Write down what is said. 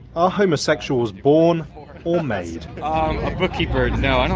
are homosexuals born or made? a book keeper no. and